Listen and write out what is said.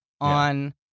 on